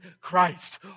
Christ